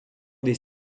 des